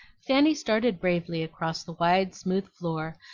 fanny started bravely across the wide smooth floor,